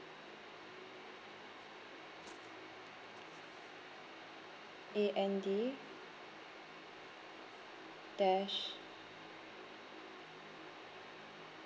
A N D dash